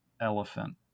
elephant